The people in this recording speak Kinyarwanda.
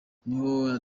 niho